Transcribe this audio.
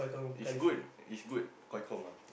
is good is good comm ah